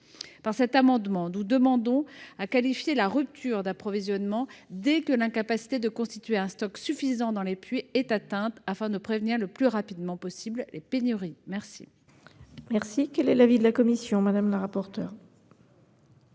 Par cet amendement, nous demandons à qualifier la rupture d’approvisionnement dès que l’incapacité de constituer un stock suffisant dans les PUI est atteinte afin de prévenir le plus rapidement possible les pénuries. Quel